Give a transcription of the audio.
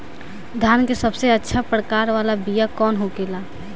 धान के सबसे अच्छा प्रकार वाला बीया कौन होखेला?